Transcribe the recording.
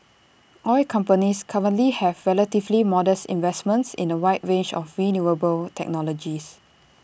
oil companies currently have relatively modest investments in A wide range of renewable technologies